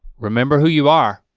remember who you are.